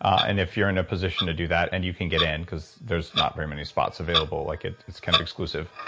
and if you're in a position to do that and you can get in because there's not very many spots available, like its its kind of exclusive